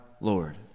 Lord